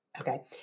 Okay